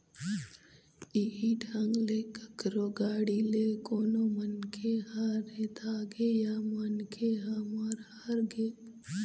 इहीं ढंग ले कखरो गाड़ी ले कोनो मनखे ह रेतागे या मनखे ह मर हर गे